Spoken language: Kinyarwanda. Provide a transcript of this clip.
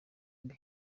mbi